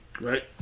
Right